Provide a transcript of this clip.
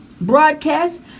broadcast